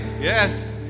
yes